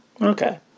okay